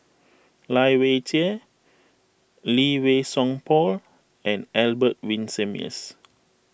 Lai Weijie Lee Wei Song Paul and Albert Winsemius